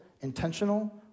intentional